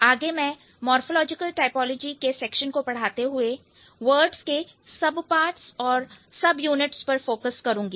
आगे मैं morphological typology के सेक्शन को पढ़ाते हुए वर्ड्स के सबपार्ट्स और सबयूनिट्स पर फोकस करूंगी